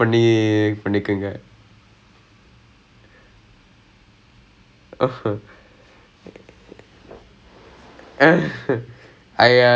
நீங்களே பண்ணிக்கோங்கே:ningale pannikkongae so it was painfully obvious how I am not I am not a the the clearly I'm not